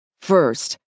First